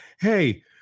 hey